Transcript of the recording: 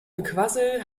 gequassel